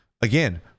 again